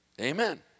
Amen